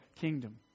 kingdom